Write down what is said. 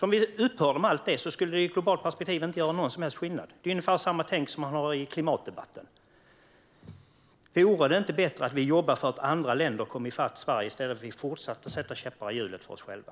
Om vi upphör med allt detta skulle det i ett globalt perspektiv inte göra någon som helst skillnad. Det är ungefär samma tänk som man har i klimatdebatten. Vore det inte bättre att vi jobbar för att andra länder kom ifatt Sverige i stället för att vi fortsätter att sätta käppar i hjulen för oss själva?